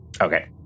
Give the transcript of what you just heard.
Okay